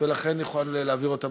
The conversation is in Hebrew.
ולכן נוכל להעביר אותן